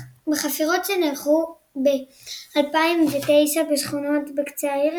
בחפירות שנערכו ב-2009 בשכונות בקצה העיר,